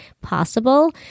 possible